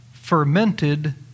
fermented